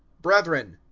brethren,